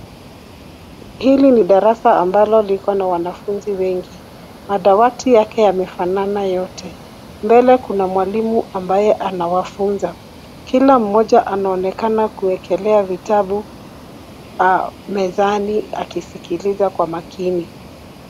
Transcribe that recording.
Hili ni darasa ambalo liko na wanafunzi wengi. Madawati yake yamefanana yote, mbele kuna mwalimu ambaye anawafunza. Kila mmoja anaonekana kuekelea vitabu, mezani akisikiliza kwa makini.